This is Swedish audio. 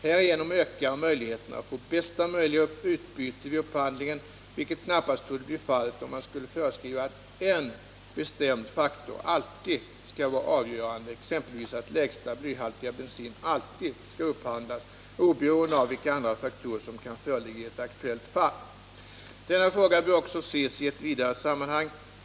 Härigenom ökar möjligheterna att få bästa möjliga utbyte vid upphandlingen, vilket knappast torde bli fallet om man skulle föreskriva att en bestämd faktor alltid skall vara avgörande —- exempelvis att lägsta blyhaltiga bensin alltid skall upphandlas, oberoende av vilka andra faktorer som kan föreligga i ett aktuellt fall. Denna fråga bör också ses i ett vidare sammanhang.